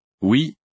Oui